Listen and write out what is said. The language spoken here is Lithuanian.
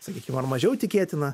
sakykim ar mažiau tikėtina